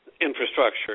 infrastructure